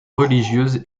religieuse